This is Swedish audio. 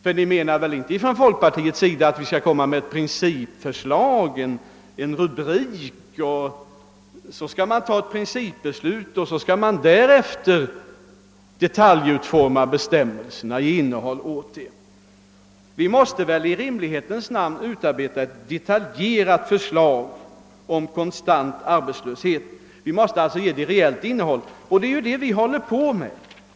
Folkpartiet menar väl inte att vi skall komma med ett principförslag, en rubrik, om vilket det skall fattas ett principbeslut för att först därefter börja detaljutforma bestämmelser. Vi måste väl i rimlighetens namn utarbeta ett detaljerat förslag om kontant stöd vid arbetslöshet och ge det ett reellt innehåll. Det är ju det vi håller på med.